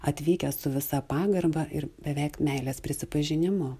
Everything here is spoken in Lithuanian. atvykęs su visa pagarba ir beveik meilės prisipažinimu